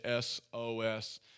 SOS